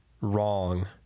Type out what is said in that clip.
wrong